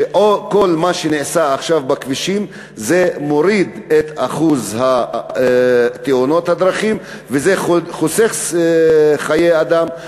שכל מה שנעשה עכשיו בכבישים מוריד את אחוז תאונות הדרכים וחוסך חיי אדם.